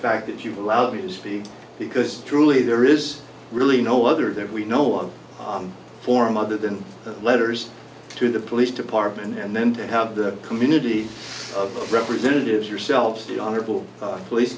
fact that you've allowed me to speak because truly there is really no other that we know of form other than letters to the police department and then to have the community of representatives yourselves the honorable police